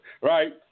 Right